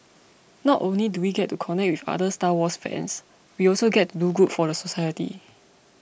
not only do we get to connect with other Star Wars fans we also get to do good for society